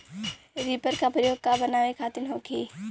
Reaper का प्रयोग का बनावे खातिन होखि?